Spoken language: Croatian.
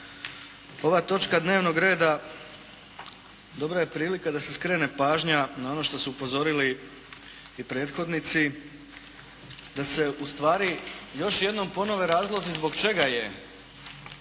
Ova točka dnevnog reda dobra je prilika da se skrene pažnja na ono na što su upozorili i prethodnici da se ustvari još jednom ponove razlozi zbog čega je